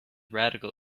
radical